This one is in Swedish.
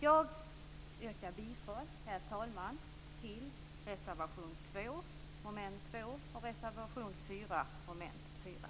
Herr talman! Jag yrkar bifall till reservation 2 under mom. 2 och reservation 4 under mom. 4.